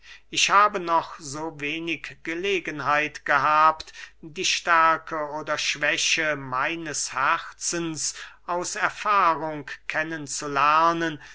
ich habe noch so wenig gelegenheit gehabt die stärke oder schwäche meines herzens aus erfahrung